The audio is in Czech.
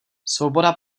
svoboda